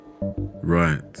Right